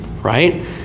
right